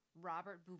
Robert